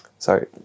Sorry